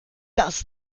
das